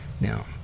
Now